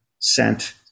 sent